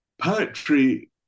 poetry